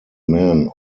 men